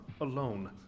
alone